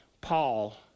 Paul